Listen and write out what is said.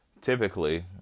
typically